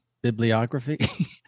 bibliography